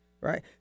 right